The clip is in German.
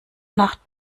nacht